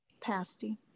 Pasty